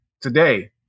Today